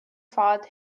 fad